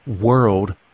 world